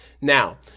Now